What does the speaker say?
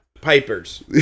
Pipers